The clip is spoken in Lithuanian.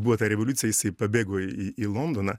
buvo ta revoliucija jisai pabėgo į į londoną